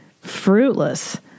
fruitless